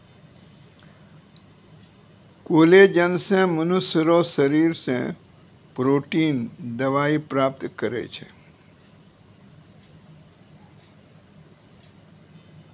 collagen से मनुष्य रो शरीर से प्रोटिन दवाई प्राप्त करै छै